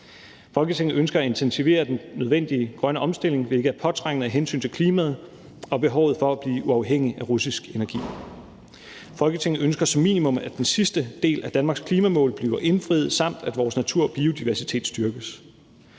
Folketinget ønsker at intensivere den nødvendige grønne omstilling, hvilket er påtrængende af hensyn til klimaet og behovet for at blive uafhængig af russisk energi. Folketinget ønsker som minimum, at den sidste del af Danmarks klimamål bliver indfriet, samt at vores natur og biodiversitet styrkes.